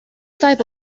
type